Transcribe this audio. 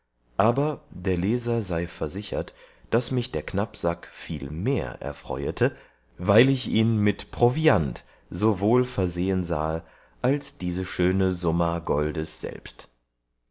aber der leser sei versichert daß mich der knappsack viel mehr erfreuete weil ich ihn mit proviant so wohl versehen sahe als diese schöne summa goldes selbst